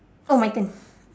oh my turn